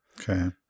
okay